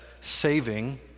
saving